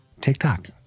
TikTok